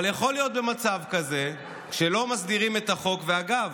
אבל יכול להיות במצב כזה כשלא מסדירים את החוק ואגב,